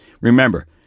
Remember